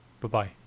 Bye-bye